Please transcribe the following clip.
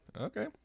okay